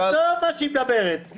עזוב מה שהיא מדברת.